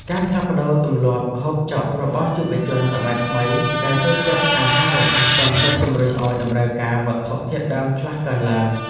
ការផ្លាស់ប្តូរទម្លាប់ហូបចុករបស់យុវជនសម័យថ្មីដែលចូលចិត្តអាហាររហ័សទាន់ចិត្តជម្រុញឱ្យតម្រូវការវត្ថុធាតុដើមខ្លះកើនឡើង។